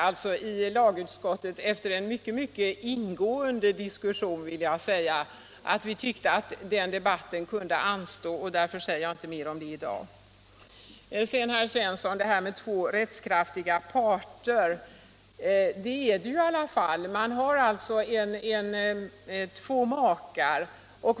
Vi ansåg i lagutskottet efter en mycket ingående diskussion att den debatten kunde anstå, och därför säger jag inte mer om det i dag. Till herr Svensson i Malmö skulle jag vilja säga att det här ändå är fråga om två rättskraftiga parter. Det gäller här två makar.